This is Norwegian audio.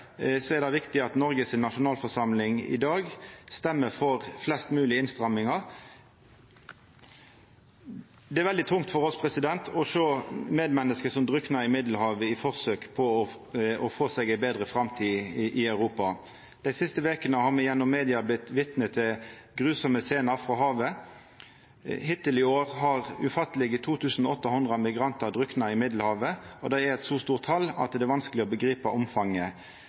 så mange som til same tid i fjor. Til samanlikning kom det 216 000 migrantar i løpet av heile 2014, medan det i 2015 kom over ein million. Med dette bakteppet er det viktig at Noregs nasjonalforsamling i dag stemmer for flest moglege innstrammingar. Det er veldig tungt for oss å sjå medmenneske som druknar i Middelhavet i forsøk på å få seg ei betre framtid i Europa. Dei siste vekene har me gjennom media vorte vitne til fryktelege scener frå havet. Hittil i år har ufattelege